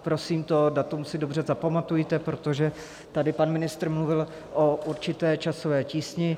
Prosím, to datum si dobře zapamatujte, protože tady pan ministr mluvil o určité časové tísni.